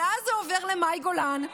אבל אז זה עובר למאי גולן,